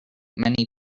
many